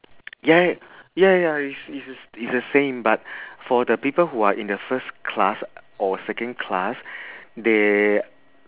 ya ya ya it's it's the it's the same but for the people who are in the first class or second class they